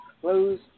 close